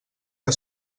que